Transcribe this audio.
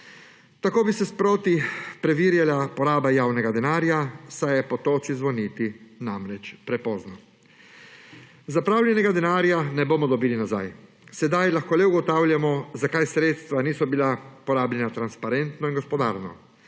Tako bi se sproti preverjala poraba javnega denarja, saj je po toči zvoniti prepozno. Zapravljenega denarja ne bomo dobili nazaj. Sedaj lahko le ugotavljamo, zakaj sredstva niso bila porabljena transparentno in gospodarno.